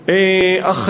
מנקודת,